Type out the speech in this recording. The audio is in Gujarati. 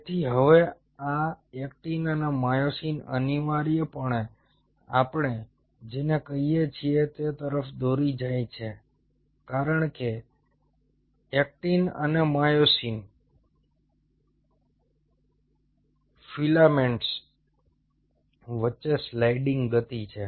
તેથી હવે અને આ એક્ટિન અને માયોસિન અનિવાર્યપણે આપણે જેને કહીએ છીએ તે તરફ દોરી જાય છે કારણ કે એક્ટિન અને માયોસિન ફિલામેન્ટ્સ વચ્ચે સ્લાઇડિંગ ગતિ છે